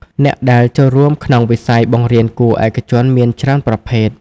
អ្នកដែលចូលរួមក្នុងវិស័យបង្រៀនគួរឯកជនមានច្រើនប្រភេទ។